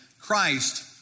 Christ